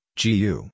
gu